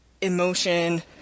emotion